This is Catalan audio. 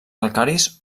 calcaris